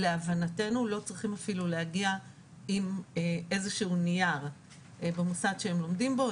להבנתנו לא צריכים אפילו להגיע עם איזה שהוא נייר במוסד שהם לומדים בו,